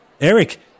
Eric